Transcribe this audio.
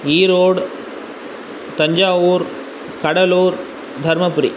Erode Thanjavur Cuddalore Dharmapuri